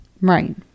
Right